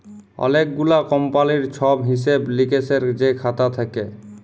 অলেক গুলা কমপালির ছব হিসেব লিকেসের যে খাতা থ্যাকে